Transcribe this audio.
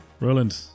Roland